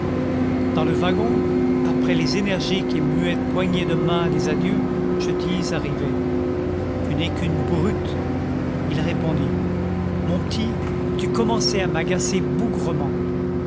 dans le wagon après les énergiques et muettes poignées de main des adieux je dis à rivet tu n'es qu'une brute il répondit mon petit tu commençais à m'agacer bougrement